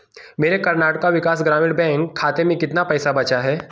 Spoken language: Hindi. मेरे कर्नाटका विकास ग्रामीण बैंक खाते में कितना पैसा बचा है